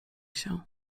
się